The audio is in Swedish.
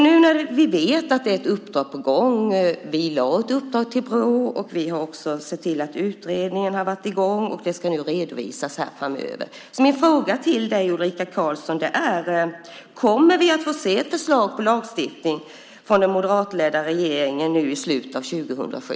Nu vet vi att det är ett uppdrag på gång. Vi gav ett uppdrag till Brå, och vi har också sett till att utredningar har varit i gång. De ska redovisas framöver. Min fråga till dig, Ulrika Karlsson, är: Kommer vi att få se ett förslag till lagstiftning från den moderatledda regeringen nu i slutet av 2007?